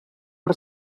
per